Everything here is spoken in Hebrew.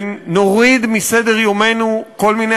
ונוריד מסדר-יומנו כל מיני